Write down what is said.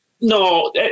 No